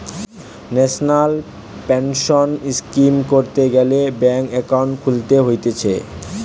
national pension scheme করতে গ্যালে bank account খুলতে হতিছে